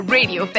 Radio